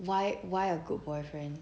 why why a good boyfriend